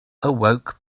awoke